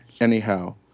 anyhow